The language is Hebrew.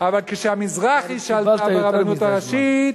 אבל כשהמזרחי שלטה ברבנות הראשית,